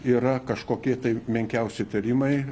yra kažkokie tai menkiausi įtarimai